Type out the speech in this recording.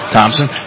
Thompson